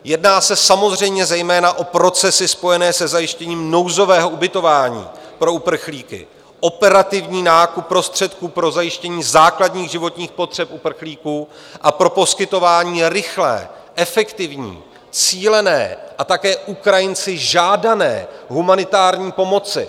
Jedná se samozřejmě zejména o procesy spojené se zajištěním nouzového ubytování pro uprchlíky, operativní nákup prostředků pro zajištění základních životních potřeb uprchlíků a pro poskytování rychlé, efektivní, cílené a také Ukrajinci žádané humanitární pomoci.